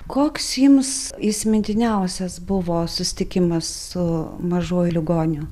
koks jums įsimintiniausias buvo susitikimas su mažuoju ligoniu